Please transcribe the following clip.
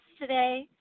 today